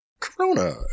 Corona